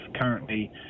Currently